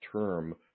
term